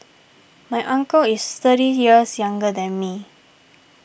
my uncle is thirty years younger than me